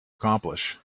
accomplish